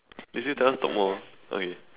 they said tell us to talk more okay